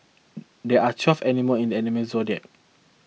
there are twelve animal in the animal Zodiac